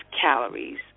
calories